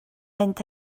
mynd